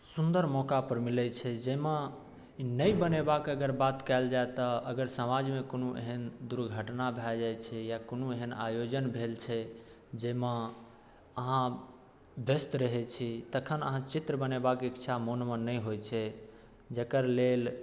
सुन्दर मौका पर मिलैत छै जाहिमे नहि बनयबाक अगर बात कयल जाए तऽ अगर समाजमे कोनो एहन दुर्घटना भए जाइत छै या कोनो एहन आयोजन भेल छै जाहिमे अहाँ वयस्त रहैत छी तखन अहाँ चित्र बनयबाके इच्छा मोनमे नहि होइत छै जकर लेल